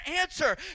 answer